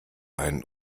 einen